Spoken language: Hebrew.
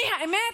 האמת,